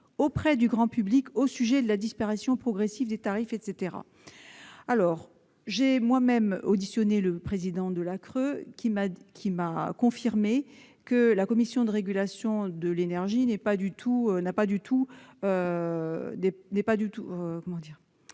auprès du grand public au sujet de la disparition progressive des tarifs, etc. ». J'ai moi-même auditionné le président de la CRE. Il m'a confirmé que la Commission de régulation de l'énergie n'avait pas compétence